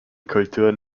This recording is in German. kulturen